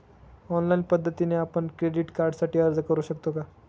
Online पद्धतीने आपण credit कार्डसाठी अर्ज करु शकतो का?